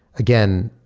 again,